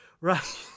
Right